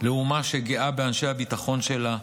לאומה שגאה באנשי הביטחון שלה,